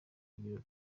birori